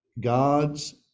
God's